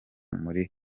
muri